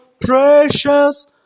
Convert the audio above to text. precious